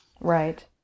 Right